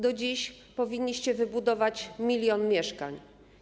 Do dziś powinniście wybudować 1 mln mieszkań.